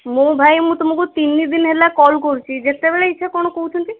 ମୁଁ ଭାଇ ମୁଁ ତୁମକୁ ତିନି ହେଲା କଲ୍ କରୁଛି ଯେତେବେଳେ ଇଚ୍ଛା କ'ଣ କହୁଛନ୍ତି